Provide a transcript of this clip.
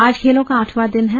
आज खेलों का आठवां दिन है